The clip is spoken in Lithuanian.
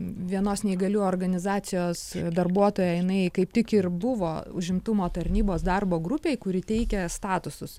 vienos neįgalių organizacijos darbuotojai jinai kaip tik ir buvo užimtumo tarnybos darbo grupėj kuri teikia statusus